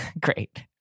Great